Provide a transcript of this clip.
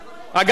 כן.